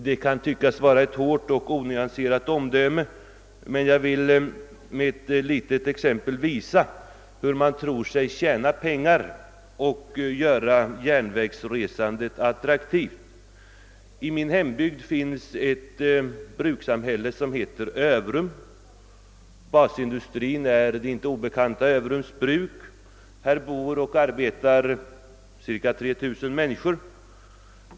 Detta kan tyckas vara ett hårt och onyanserat omdöme, men jag vill med eti litet exempel visa hur man tror sig kunna spara pengar och göra järnvägsresandet attraktivt. I min hembygd finns ett brukssamhälle som heter Överum. Basindustrin är det inte obekanta Överums bruk. Här bor och arbetar cirka 3 000 människor.